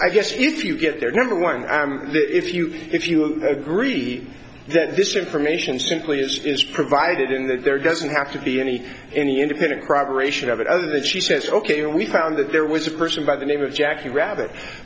i guess is if you get there number one if you if you agree that this information simply is provided in that there doesn't have to be any any independent corroboration of it other than she says ok and we found that there was a person by the name of jackie rabbit